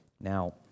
Now